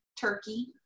turkey